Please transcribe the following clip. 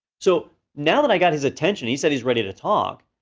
so now that i got his attention, he said he's ready to talk.